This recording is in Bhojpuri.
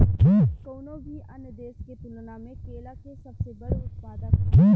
भारत कउनों भी अन्य देश के तुलना में केला के सबसे बड़ उत्पादक ह